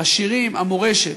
השירים, המורשת.